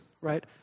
right